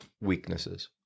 weaknesses